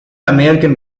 american